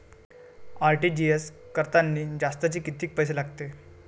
RTGS करतांनी जास्तचे कितीक पैसे लागते?